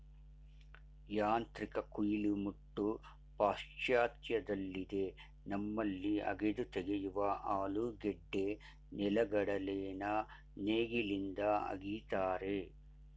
ಯಾಂತ್ರಿಕ ಕುಯಿಲು ಮುಟ್ಟು ಪಾಶ್ಚಾತ್ಯದಲ್ಲಿದೆ ನಮ್ಮಲ್ಲಿ ಅಗೆದು ತೆಗೆಯುವ ಆಲೂಗೆಡ್ಡೆ ನೆಲೆಗಡಲೆನ ನೇಗಿಲಿಂದ ಅಗಿತಾರೆ